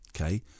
okay